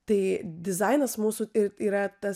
tai dizainas mūsų ir yra tas